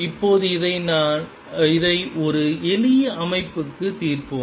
இப்போது இதை ஒரு எளிய அமைப்புக்கு தீர்ப்போம்